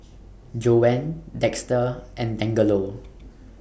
Joanne Dexter and Dangelo